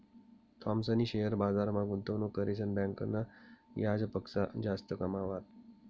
थॉमसनी शेअर बजारमा गुंतवणूक करीसन बँकना याजपक्सा जास्त कमावात